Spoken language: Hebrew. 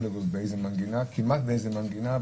כמעט באיזה מנגינה,